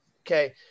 Okay